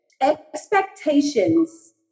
Expectations